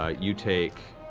ah you take